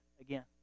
again